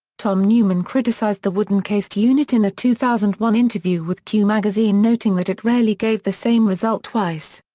tom newman criticised the wooden cased unit in a two thousand and one interview with q magazine noting that it rarely gave the same result twice.